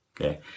Okay